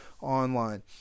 online